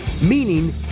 meaning